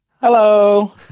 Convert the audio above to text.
Hello